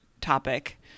topic